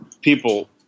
people